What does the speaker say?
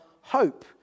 hope